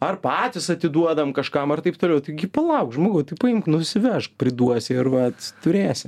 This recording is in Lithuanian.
ar patys atiduodam kažkam ar taip toliau taigi palauk žmogau tao paimk nusivežk priduosi ir vat turėsi